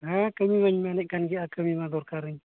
ᱦᱮᱸ ᱠᱟᱹᱢᱤᱢᱟᱧ ᱢᱮᱱᱮᱫ ᱠᱟᱱ ᱜᱮᱭᱟ ᱟᱨ ᱠᱟᱹᱢᱤ ᱠᱚ ᱫᱚᱨᱠᱟᱨᱤᱧ